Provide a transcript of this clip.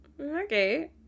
okay